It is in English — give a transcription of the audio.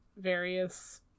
various